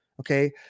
okay